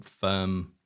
firm